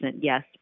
Yes